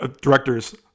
directors